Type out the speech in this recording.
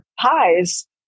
pies